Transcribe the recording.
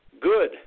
good